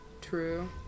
True